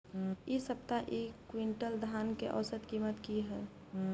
इ सप्ताह एक क्विंटल धान के औसत कीमत की हय?